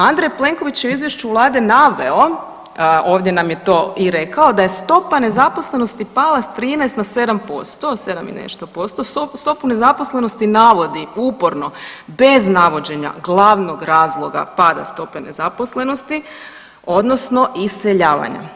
Andrej Plenković je u Izvješću Vlade naveo, ovdje nam je to i rekao, da se stopa nezaposlenosti pala s 13 na 7%, 7 i nešto posto, stopu nezaposlenosti navodi uporno bez navođenja glavnog razloga pada stope nezaposlenosti, odnosno iseljavanja.